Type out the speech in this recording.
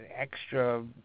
extra